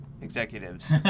executives